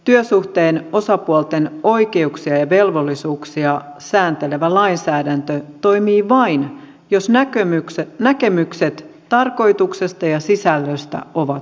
työsuhteen osapuolten oikeuksia ja velvollisuuksia sääntelevä lainsäädäntö toimii vain jos näkemykset tarkoituksesta ja sisällöstä ovat yhteneväiset